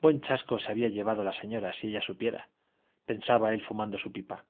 buen chasco se había llevado la señora si ella supiera pensaba él fumando su pipa